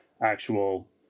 actual